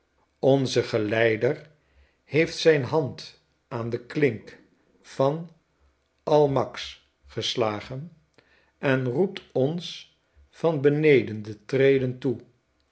onze geleider heeft zijn hand aan de klink van w almacks geslagen en roept ons van beneden de treden toe